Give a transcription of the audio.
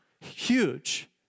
Huge